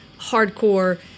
hardcore